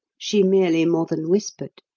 she merely more than whispered.